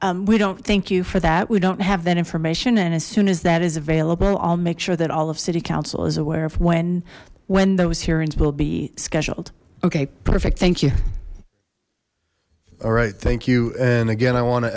when we don't thank you for that we don't have that information and as soon as that is available i'll make sure that all of city council is aware of when when those hearings will be scheduled okay perfect thank you all right thank you and again i want to